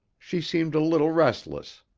she seemed a little restless.